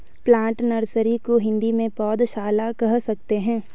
plant nursery को हिंदी में पौधशाला कह सकते हैं